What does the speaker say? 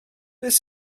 beth